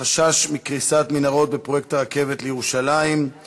חשש לקריסת מנהרות בפרויקט הרכבת לירושלים,